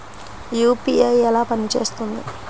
UPI ఎలా పనిచేస్తుంది?